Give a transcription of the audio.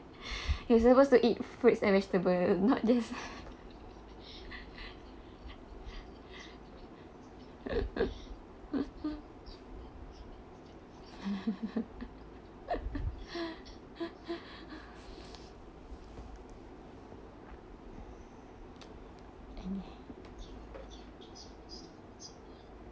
you supposed to eat fruits and vegetable not this